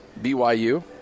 BYU